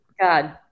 God